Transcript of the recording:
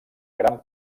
gran